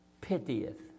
Pitieth